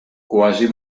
quasi